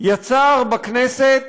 יצר בכנסת